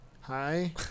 Hi